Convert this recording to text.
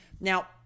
Now